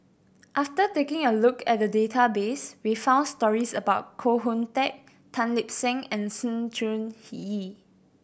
after taking a look at database we found stories about Koh Hoon Teck Tan Lip Seng and Sng Choon Yee